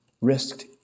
risked